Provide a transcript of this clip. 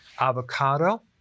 Avocado